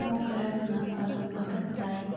تِمو کٔرکھ نہٕ پَنُن وقت زایہِ